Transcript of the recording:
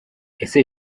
ese